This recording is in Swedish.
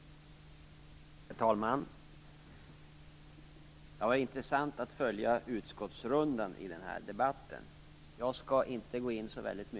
Det skulle vara intressant att få veta.